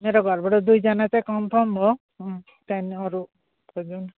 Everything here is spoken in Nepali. मेरो घरबाट दुईजना चाहिँ कन्फर्म हो अँ त्यहाँबाट अरू खोजौँ न